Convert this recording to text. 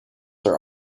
are